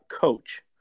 coach